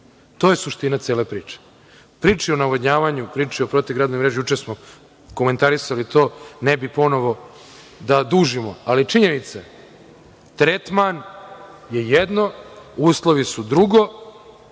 To je suština cele priče. Priča o navodnjavanju, priča o protivgradnoj mreži, juče smo komentarisali to, ne bih ponovo da dužimo, ali činjenica je da je tretman jedno, uslovi su drugo